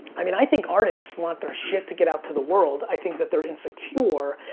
i mean i think artists want their shit to get out to the world. i think that they're insecure.